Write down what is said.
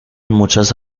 muchas